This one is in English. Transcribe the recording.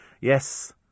Yes